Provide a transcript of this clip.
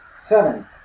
Seven